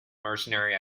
mercenary